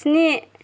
स्नि